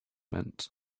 meant